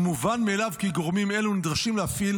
ומובן מאליו כי גורמים אלו נדרשים להפעיל